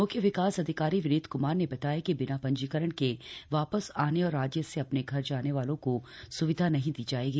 म्ख्य विकास अधिकारी विनीत क्मार ने बताया कि बिना पंजीकरण के वापस आने और राज्य से अपने घर जाने वालों को स्विधा नहीं दी जाएगी